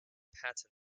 patton